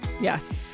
yes